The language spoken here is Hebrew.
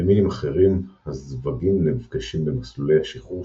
במינים אחרים הזוויגים נפגשים במסלולי השיחור שלהם,